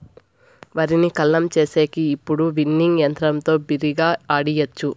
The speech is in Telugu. వరిని కల్లం చేసేకి ఇప్పుడు విన్నింగ్ యంత్రంతో బిరిగ్గా ఆడియచ్చు